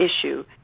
issue